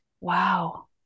Wow